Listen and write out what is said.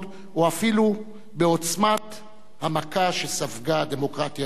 או אפילו בעוצמת המכה שספגה הדמוקרטיה הישראלית.